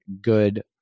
good